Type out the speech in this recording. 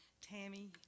Tammy